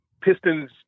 pistons